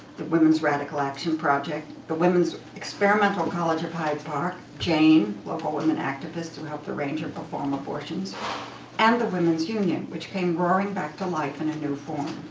the women's radical action project the women's experimental college at hyde park jane, local women activists who helped arrange or perform abortions and the women's union, which came roaring back to life in a new form.